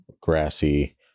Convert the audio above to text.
grassy